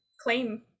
claim